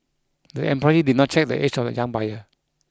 the employee did not check the age of the young buyer